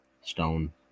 stone